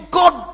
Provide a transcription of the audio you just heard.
god